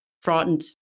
Frightened